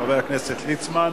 חבר הכנסת ליצמן.